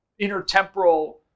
intertemporal